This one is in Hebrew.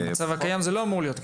במצב הקיים זה לא אמור להיות ככה.